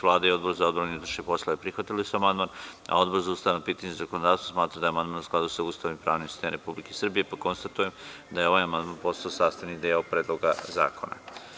Vlada i Odbor za odbranu i unutrašnje poslove prihvatili su amandman, a Odbor za ustavna pitanja i zakonodavstvo smatra da je amandman u skladu sa Ustavom i pravnim sistemom Republike Srbije, pa konstatujem da je ovaj amandman postao sastavni deo Predloga zakona.